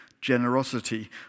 generosity